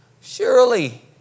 surely